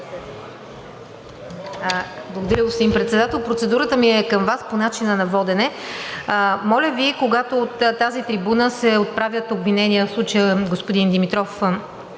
Благодаря, господин Председател. Процедурата ми е към Вас по начина на водене. Моля Ви, когато от тази трибуна се отправят обвинения – в случая господин Димитров